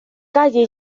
calle